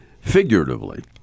figuratively